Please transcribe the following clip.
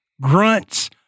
grunts